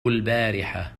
البارحة